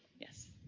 yes.